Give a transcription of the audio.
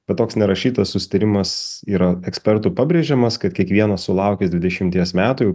bet toks nerašytas susitarimas yra ekspertų pabrėžiamas kad kiekvienas sulaukęs dvidešimties metų